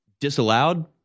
disallowed